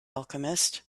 alchemist